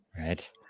right